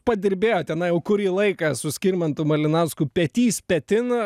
padirbėjote na jau kurį laiką su skirmantu malinausku petys petin